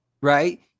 right